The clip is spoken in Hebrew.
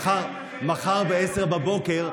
מחר ב-10:00,